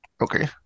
Okay